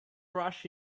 rush